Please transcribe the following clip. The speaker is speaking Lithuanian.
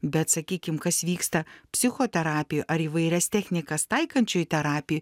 bet sakykim kas vyksta psichoterapijoj ar įvairias technikas taikančioj terapijoj